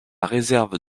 réserve